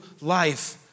life